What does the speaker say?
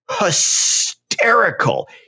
Hysterical